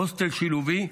הוסטל שילובי,